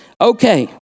Okay